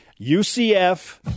UCF